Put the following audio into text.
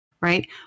right